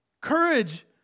Courage